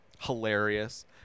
hilarious